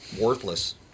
worthless